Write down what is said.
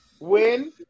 Win